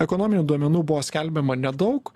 ekonominių duomenų buvo skelbiama nedaug